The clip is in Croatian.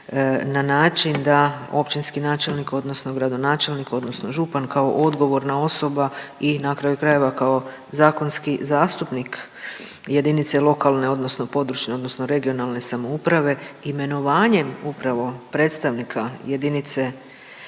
na način da općinski načelnik odnosno gradonačelnik odnosno župan kao odgovorna osoba i na kraju krajeva kao zakonski zastupnik jedinice lokalne odnosno područne odnosno regionalne samouprave imenovanjem upravo predstavnika jedinice